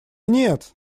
нет